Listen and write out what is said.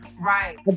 Right